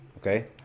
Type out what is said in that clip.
Okay